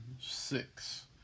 six